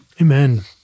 Amen